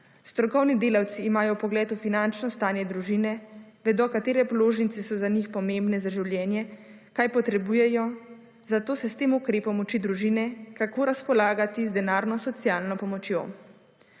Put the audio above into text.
Strokovni delavci imajo vpogled v finančno stanje družine, vedo katere položnice so za njih pomembne za življenje, kaj potrebujejo, zato se s tem ukrepom uči družine kako razpolagati 31. TRAK (VI)